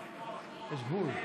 בבקשה, אדוני.